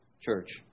church